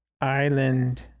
Island